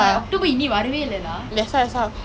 tahu sambal is one of the good vegetarian food